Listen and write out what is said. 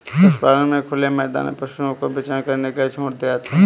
पशुपालन में खुले मैदान में पशुओं को विचरण के लिए छोड़ दिया जाता है